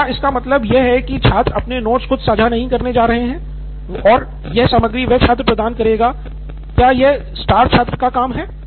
तो क्या इसका मतलब यह है कि शिक्षक अपने नोट्स खुद साझा नहीं करने जा रहा है और यह सामग्री वह छात्र प्रदान करेगा क्या यह स्टार छात्र का काम है